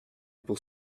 pour